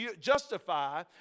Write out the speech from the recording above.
justify